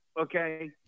okay